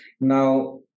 now